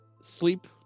Sleep